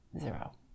zero